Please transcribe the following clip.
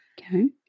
Okay